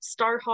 Starhawk